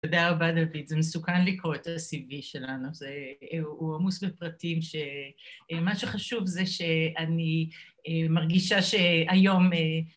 תודה רבה, דוד, זה מסוכן לקרוא את הcv שלנו, הוא עמוס בפרטים שמה שחשוב זה שאני מרגישה שהיום